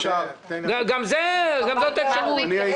גם זאת אפשרות.